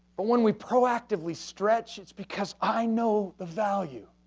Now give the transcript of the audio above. but, when we proactively stretch it's because i know the value,